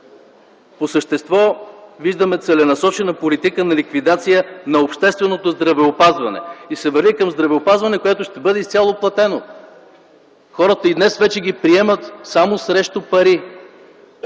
По същество виждаме целенасочена политика на ликвидация на общественото здравеопазване. И се върви към здравеопазване, което ще бъде изцяло платено. Хората и днес вече ги приемат само срещу пари